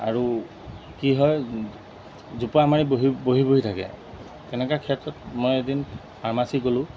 আৰু কি হয় জুপুকা মাৰি বহি বহি বহি থাকে তেনেকুৱা ক্ষেত্ৰত মই এদিন ফাৰ্মাচী গ'লোঁ